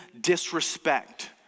disrespect